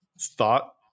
thought